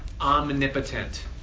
omnipotent